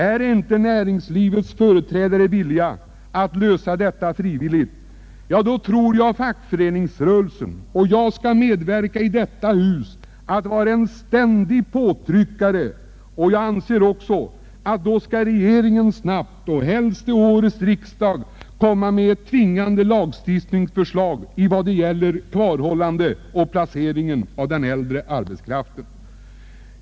Om inte näringslivets företrädare frivilligt löser dessa problem, tror jag att fackföreningsrörelsen — jag skall medverka till detta genom att i detta hus ständigt öva sådana påtryckningar — måste kräva att regeringen snabbt och helst till årets riksdag framlägger ett förslag om tvingande lagstiftning beträffande kvarhållandet och placeringen av den äldre arbetskraften.